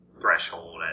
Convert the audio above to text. threshold